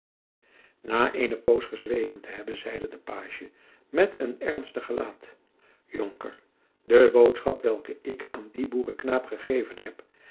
na eene poos gezwegen te hebben zeide de pagie met een ernstig gelaat jonker de boodschap welke ik aan dien boereknaap gegeven heb